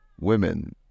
women